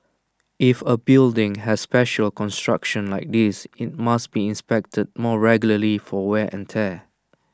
if A building has special construction like this IT must be inspected more regularly for wear and tear